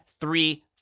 three